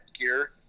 gear